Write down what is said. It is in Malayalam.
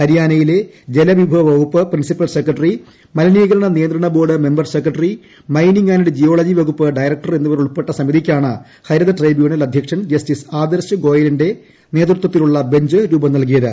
ഹരിയാക്ട്യില്ല് ജലവിഭവ വകുപ്പ് പ്രിൻസിപ്പൽ സെക്രട്ടറി മലിനീകമുണ്ട് നിയന്ത്രണ board member secretary mining and geology വകുപ്പ് ഡയറക്ടർ എന്നിവരുൾപ്പെട്ട സമിതിക്ക്ട്ടുണ് ഹരിത ട്രിബ്യൂണൽ അദ്ധ്യക്ഷൻ ജസ്റ്റിസ് ആദർശ് ശ്ശോയലിന്റെ നേതൃത്വത്തിലുളള ബഞ്ച് രൂപം നൽകിയത്